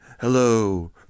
Hello